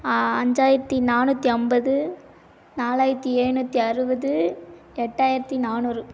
அ அஞ்சாயிரத்து நானூற்றி ஐம்பது நாலாயிரத்து எழுநூற்றி அறுபது எட்டாயிரத்து நானூறு